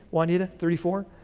juanita? thirty-four?